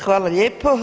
Hvala lijepo.